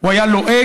הוא היה לועג,